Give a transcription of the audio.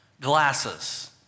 glasses